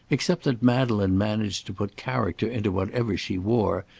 except that madeleine managed to put character into whatever she wore,